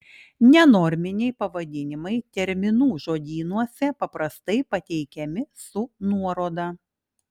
nenorminiai pavadinimai terminų žodynuose paprastai pateikiami su nuoroda